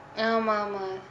ஆமா ஆமா:aama aama